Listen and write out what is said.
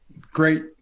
great